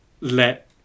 let